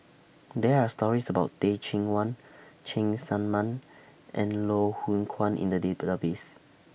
There Are stories about Teh Cheang Wan Cheng Tsang Man and Loh Hoong Kwan in The Database